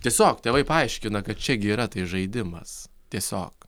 tiesiog tėvai paaiškina kad čia gi yra tai žaidimas tiesiog